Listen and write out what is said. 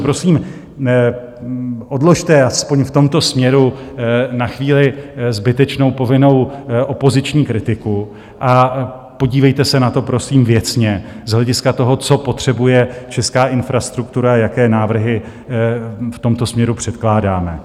Prosím, odložte aspoň v tomto směru na chvíli zbytečnou povinnou opoziční kritiku a podívejte se na to prosím věcně z hlediska toho, co potřebuje česká infrastruktura, jaké návrhy v tomto směru předkládáme.